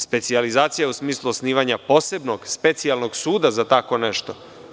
Specijalizacija u smislu osnovanja posebnog specijalnog suda za tako nešto.